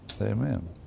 Amen